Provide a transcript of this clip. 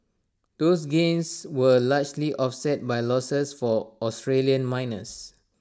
those gains were largely offset by losses for Australian miners